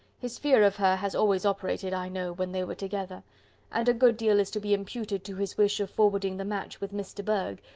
his fear of her has always operated, i know, when they were together and a good deal is to be imputed to his wish of forwarding the match with miss de bourgh,